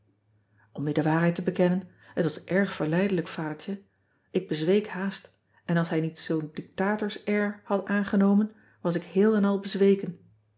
m je de waarheid te bekennen het was erg verleidelijk adertje k bezweek haast en als hij niet noon dictatorsair had aangenomen was ik heel en al bezweken